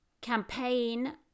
campaign